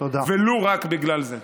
ולו רק בגלל זה.